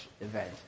event